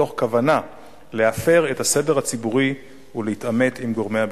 מתוך כוונה להפר את הסדר הציבורי ולהתעמת עם גורמי הביטחון.